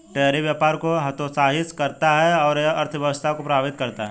tariff व्यापार को हतोत्साहित करता है और यह अर्थव्यवस्था को प्रभावित करता है